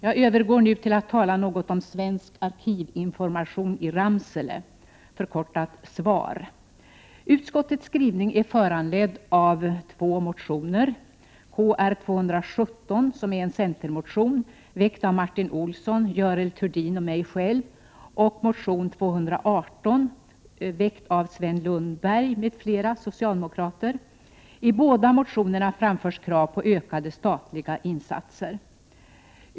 Jag övergår nu till att tala något om Svensk arkivinformation i Ramsele . Utskottets skrivning är föranledd av två motioner, Kr217 som är en centermotion, väckt av Martin Olsson, Görel Thurdin och mig själv och motion 218 väckt av Sven Lundberg m.fl. socialdemokrater. I båda motionerna framförs krav på ökade statliga insatser.